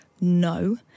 no